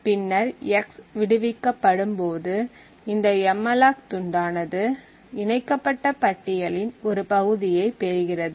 பின்னர் x விடுவிக்கப்படும் போது இந்த எம்மலாக் துண்டானது இணைக்கப்பட்ட பட்டியலின் ஒரு பகுதியைப் பெறுகிறது